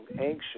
anxious